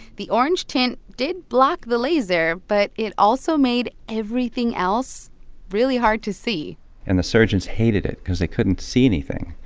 the orange tint did block the laser, but it also made everything else really hard to see and the surgeons hated it cause they couldn't see anything.